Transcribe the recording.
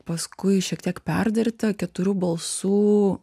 paskui šiek tiek perdirta keturių balsų